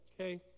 Okay